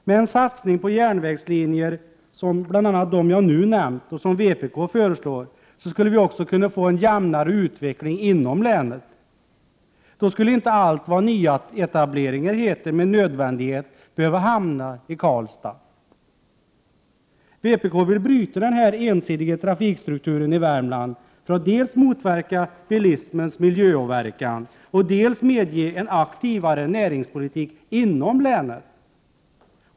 Med en satsning på bl.a. de järnvägslinjer som jag nu har nämnt och som vpk föreslår — Prot. 1988/89:107 skulle vi också få en jämnare utveckling inom länet. Då skulle inte allt vad 2 maj 1989 nyetableringar heter med nödvändighet behöva hamna i Karlstad. Vpk vill bryta den ensidiga trafikstrukturen i Värmland för att dels motverka bilismens miljöåverkan, dels medge en aktivare näringspolitik inom länet.